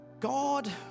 God